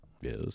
yes